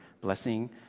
blessing